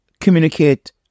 communicate